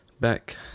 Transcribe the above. back